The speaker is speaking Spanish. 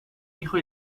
hijo